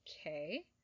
okay